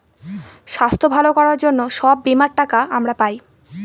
স্বাস্থ্য ভালো করার জন্য সব বীমার টাকা আমরা পায়